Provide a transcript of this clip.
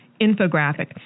infographic